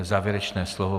Závěrečné slovo.